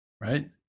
Right